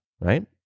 right